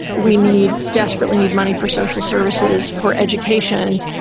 we need desperately need money for social services, for education,